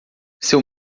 seu